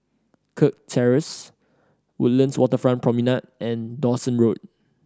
Kirk Terrace Woodlands Waterfront Promenade and Dawson Road